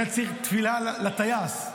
זה צריך תפילה לטייס.